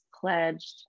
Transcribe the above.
pledged